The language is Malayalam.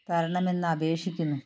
തരണമെന്ന് അപേക്ഷിക്കുന്നു